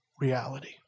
reality